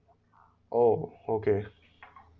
orh okay